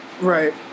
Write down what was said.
Right